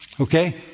Okay